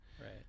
right